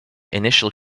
initial